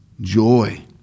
Joy